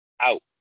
out